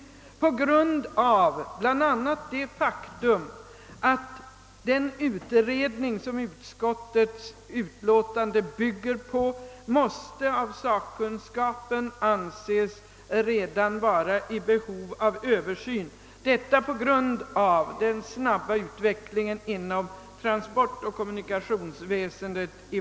Detta bl.a. på grund av det faktum, att den utredning, som utskottets utlåtande bygger på, av sakkunskapen anses redan vara i behov av översyn till följd av den snabba utvecklingen inom transportoch kommunikationsväsendet.